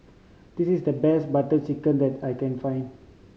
this is the best Butter Chicken that I can find